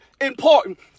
important